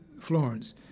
Florence